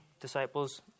disciples